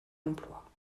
emploi